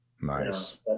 Nice